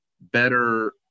better